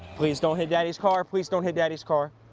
please don't hit daddy's car. please don't hit daddy's car.